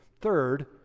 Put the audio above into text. Third